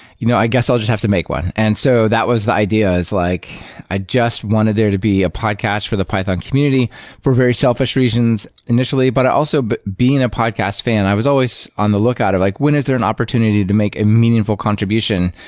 you know i guess i'll just have to make one. and so that as the idea, is like i just wanted there to be a podcast for the python community for very selfish reasons initially. but also but being a podcast fan, i was always on the lookout of like, when is there an opportunity to make a meaningful contribution?